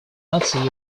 наций